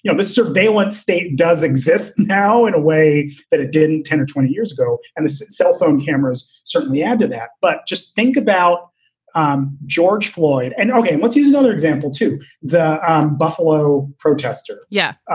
yeah this surveillance state does exist now in a way that it didn't ten or twenty years ago. and the cell phone cameras certainly add to that. but just think about um george floyd. and ok. let's use another example to the buffalo protester. yeah.